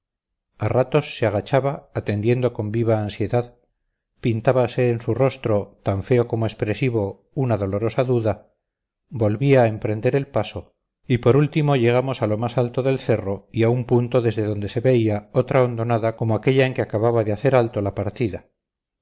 a ratos se agachaba atendiendo con viva ansiedad pintábase en su rostro tan feo como expresivo una dolorosa duda volvía a emprender el paso y por último llegamos a lo más alto del cerro y a un punto desde donde se veía otra hondonada como aquella en que acababa de hacer alto la partida